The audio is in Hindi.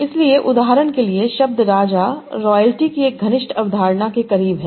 इसलिए उदाहरण के लिए शब्द राजा रॉयल्टी की एक घनिष्ठ अवधारणा के करीब है